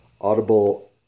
audible